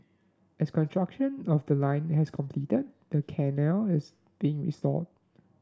as construction of the line has completed the canal is being restored